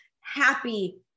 happy